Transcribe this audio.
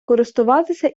користуватися